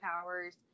powers